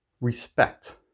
respect